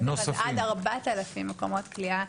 אז עד 4,000 מקומות כליאה.